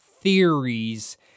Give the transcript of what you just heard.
theories